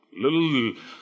little